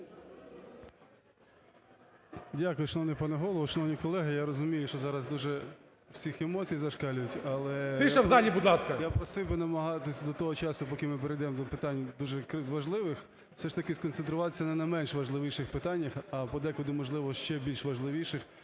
Дякую, шановний пане Голово. Шановні колеги, я розумію, що зараз дуже у всіх емоції зашкалюють. Але я просив би намагатись до того часу, поки ми перейдемо до питань дуже важливих, все ж таки сконцентруватися на неменше важливіших питаннях, а подекуди, можливо, ще більш важливіших